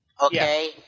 Okay